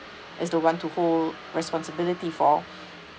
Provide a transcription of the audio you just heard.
is the one to hold responsibility for